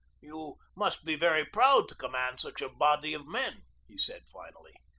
you must be very proud to command such a body of men, he said finally.